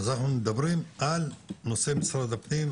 אז אנחנו מדברים על נושא משרד הפנים,